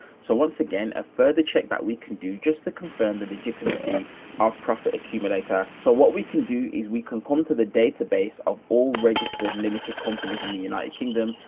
so once again, a further check that we can do just to confirm the legitimacy of profit accumulator. so what we can do is we can come to the database of all registered limited companies in the united kingdom,